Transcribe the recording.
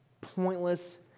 pointless